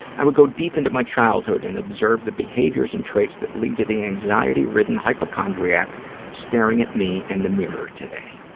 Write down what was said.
i would go deep into my childhood and observe the behaviors and traits that lead to the anxiety-ridden hypochondriac staring at me in and the mirror today.